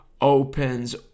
opens